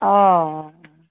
অঁ